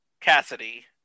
Cassidy